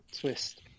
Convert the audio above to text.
twist